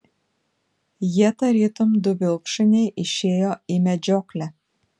jie tarytum du vilkšuniai išėjo į medžioklę